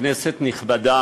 כנסת נכבדה,